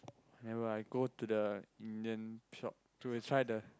never mind I go to the Indian shop to we try the